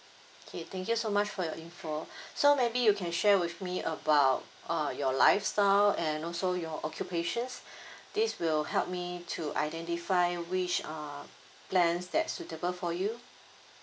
okay thank you so much for your information so maybe you can share with me about uh your lifestyle and also your occupations this will help me to identify which err plans that suitable for you